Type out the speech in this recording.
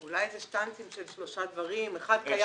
אולי זה "שטנצים" של שלושה דברים: אחד קיים